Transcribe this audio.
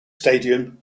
stadium